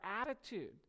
attitude